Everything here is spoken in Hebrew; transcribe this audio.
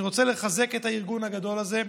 אני רוצה לחזק את הארגון הגדול הזה,